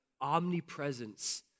omnipresence